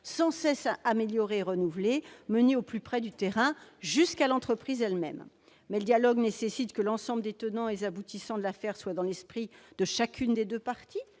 sans cesse amélioré et renouvelé, mené au plus près du terrain, jusqu'à l'entreprise elle-même. Néanmoins, le dialogue nécessite que l'ensemble des tenants et aboutissants de l'affaire soient dans l'esprit de chacune des parties.